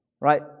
Right